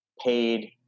paid